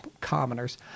commoners